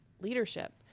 leadership